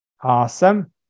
Awesome